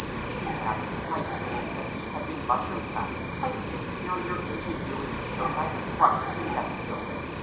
he began by saying that he had been much impressed by the superior ingenuity shown by the thrushes in nest-building,